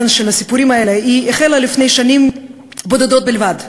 התקומה של הסיפורים האלה החלה לפני שנים בודדות בלבד.